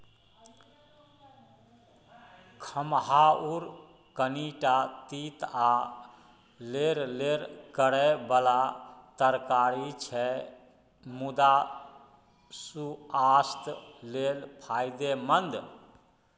खमहाउर कनीटा तीत आ लेरलेर करय बला तरकारी छै मुदा सुआस्थ लेल फायदेमंद